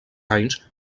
anys